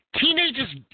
Teenagers